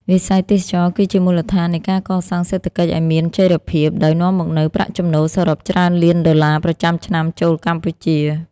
វិស័យទេសចរណ៍គឺជាមូលដ្ឋាននៃការកសាងសេដ្ឋកិច្ចឪ្យមានចីរភាព ដោយនាំមកនូវប្រាក់ចំណូលសរុបច្រើនលានដុល្លារប្រចាំឆ្នាំចូលកម្ពុជា។